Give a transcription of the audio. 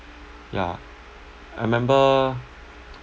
yeah I remember